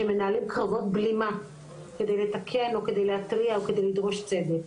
שמנהלים קרובת בלימה כדי לתקן או כדי להתריע או כדי לדרוש צדק,